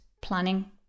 planning